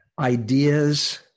ideas